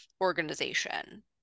organization